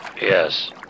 yes